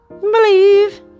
Believe